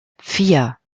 vier